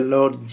Lord